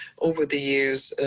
over the years,